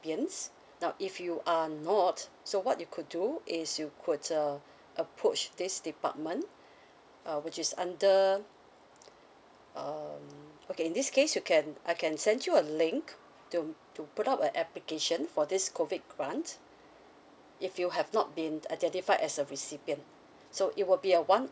now if you are not so what you could do is you could err approach this department err which is under um okay in this case you can I can send you a link to to put up an application for this COVID grant if you have not been identified as a recipient so it will be a one